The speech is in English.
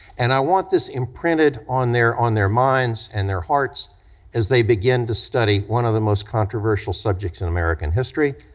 and i want this imprinted on their on their minds and their hearts as they begin to study one of the most controversial subjects in american history,